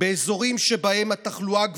באזורים שבהם התחלואה גבוהה,